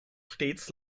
stets